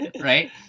right